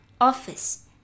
office